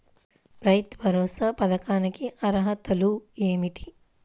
రైతు భరోసా పథకానికి అర్హతలు ఏమిటీ?